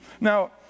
Now